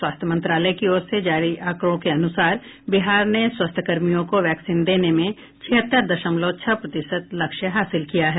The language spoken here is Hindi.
स्वास्थ्य मंत्रलाय की ओर से जारी आंकड़ों के अन्सार बिहार ने स्वास्थ्यकर्मियों को वैक्सीन देने में छिहत्तर दशमलव छह प्रतिशत लक्ष्य हासिल किया है